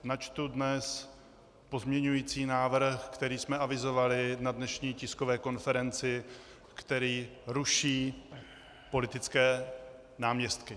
Načtu pozměňující návrh, který jsme avizovali na dnešní tiskové konferenci, který ruší politické náměstky.